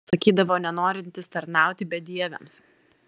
sakydavo nenorintis tarnauti bedieviams